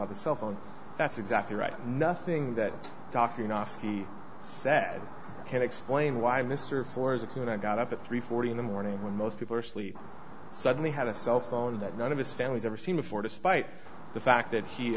of the cell phone that's exactly right nothing that doctoring off the saddle can explain why mr for as a kid i got up at three forty in the morning when most people are sleep suddenly had a cell phone that none of his family's ever seen before despite the fact that he